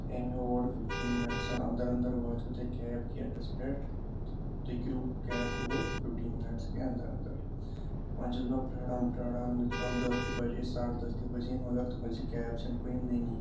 تہٕ أمۍ ہیوٚڑ فِفٹیٖن مِنَٹسَن اَندَر اَنٛدَر واتِو تُہۍ کیب گیٹَس پٮ۪ٹھ تہٕ تُہۍ کٔرِو کیب بوڑ فِفٹیٖن مِنٹٕس کیٛاہ اَنٛدَر اَندَر وۄنۍ چھُس بہٕ پیاران پیاران یوٚت کال دہ تہِ بَجے ساڑٕ دہ تہِ بَجے مگر تُہٕنٛزِ کیب چھَنہٕ کُنہِ نٔنی